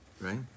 right